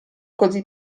così